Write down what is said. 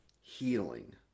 healing